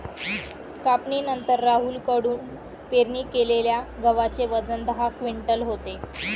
कापणीनंतर राहुल कडून पेरणी केलेल्या गव्हाचे वजन दहा क्विंटल होते